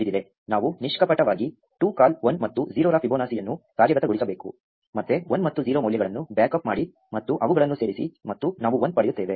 ನಾವು ನಿಷ್ಕಪಟವಾಗಿ 2 ಕಾಲ್ 1 ಮತ್ತು 0 ರ ಫಿಬೊನಾಕಿಯನ್ನು ಕಾರ್ಯಗತಗೊಳಿಸಬೇಕು ಮತ್ತೆ 1 ಮತ್ತು 0 ಮೌಲ್ಯಗಳನ್ನು ಬ್ಯಾಕ್ ಅಪ್ ಮಾಡಿ ಮತ್ತು ಅವುಗಳನ್ನು ಸೇರಿಸಿ ಮತ್ತು ನಾವು 1 ಪಡೆಯುತ್ತೇವೆ